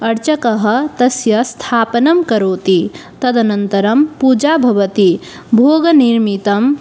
अर्चकः तस्य स्थापनं करोति तदनन्तरं पूजा भवति भोगनिर्मितं